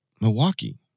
Milwaukee